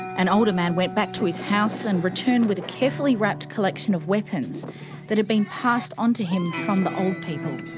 an older man went back to his house and returned with a carefully wrapped collection of weapons that had been passed on to him from the old people.